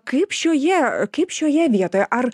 kaip šioje kaip šioje vietoje ar